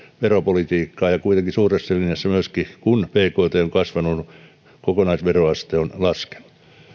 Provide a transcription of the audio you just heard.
veropolitiikkaa ja kuitenkin suuressa linjassa kun bkt on kasvanut myöskin kokonaisveroaste on laskenut